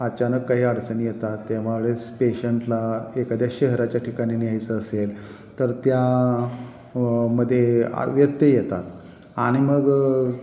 अचानक काही अडचणी येतात तेव्हा वेळेस पेशंटला एखाद्या शहराच्या ठिकाणी न्यायचं असेल तर त्या मधे व्यत्यय येतात आणि मग